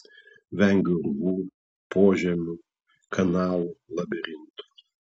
vengiu urvų požemių kanalų labirintų